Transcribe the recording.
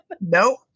nope